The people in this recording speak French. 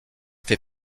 fait